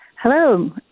Hello